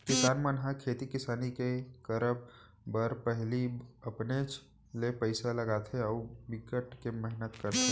किसान मन ह खेती किसानी के करब बर पहिली अपनेच ले पइसा लगाथे अउ बिकट के मेहनत करथे